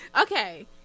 Okay